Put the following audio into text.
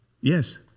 Yes